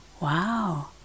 Wow